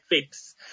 fix